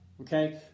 Okay